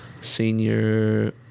Senior